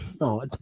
No